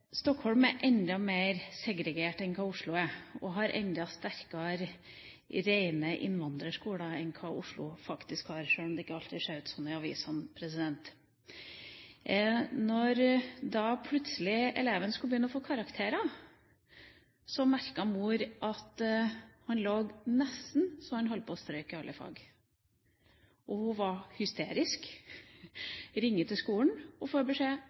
Stockholm er enda mer segregert enn det Oslo er, og har enda sterkere rene innvandrerskoler enn det Oslo faktisk har, sjøl om det ikke alltid ser sånn ut i avisene. Når eleven plutselig skulle begynne å få karakterer, merket mor at han lå slik an at han nesten holdt på å stryke i alle fag. Hun var hysterisk, ringer til skolen og får beskjed: